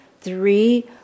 three